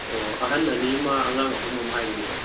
ꯑꯣ ꯑꯍꯟ ꯑꯅꯤꯃ ꯑꯉꯥꯡ ꯑꯍꯨꯝ ꯑꯃ ꯍꯥꯏꯕꯅꯤꯀꯣ